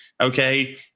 okay